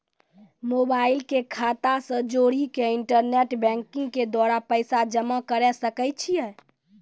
Mobile के खाता से जोड़ी के इंटरनेट बैंकिंग के द्वारा पैसा जमा करे सकय छियै?